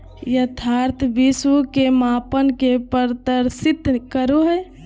यथार्थ विश्व के मापन के प्रदर्शित करो हइ